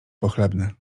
pochlebne